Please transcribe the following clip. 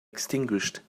extinguished